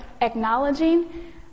acknowledging